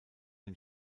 den